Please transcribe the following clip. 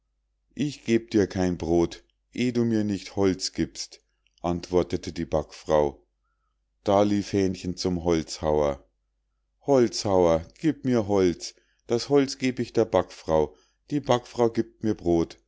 ich geb dir kein brod eh du mir nicht holz giebst antwortete die backfrau da lief hähnchen zum holzhauer holzhauer gieb mir holz das holz geb ich der backfrau die backfrau giebt mir brod